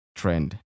Trend